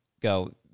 go